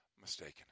mistaken